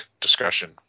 discussion